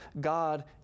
God